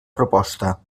proposta